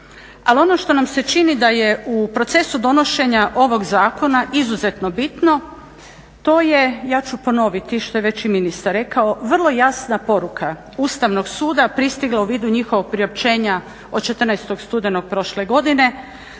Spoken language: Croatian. ali ono što nam se čini da je u procesu donošenja ovog Zakona izuzetno bitno to je ja ću ponoviti što je već i ministar rekao vrlo jasna poruka Ustavnog suda pristigla u vidu njihovog priopćenja od 14. studenog prošle godine,